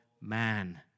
Man